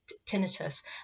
tinnitus